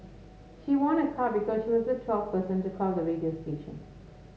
she won a car because she was the twelfth person to call the radio station